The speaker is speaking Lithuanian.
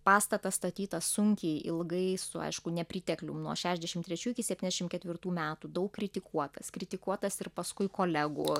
pastatas statytas sunkiai ilgai su aišku nepriteklium nuo šešiasdešim trečių iki septyniasdešim ketvirtų metų daug kritikuotas kritikuotas ir paskui kolegų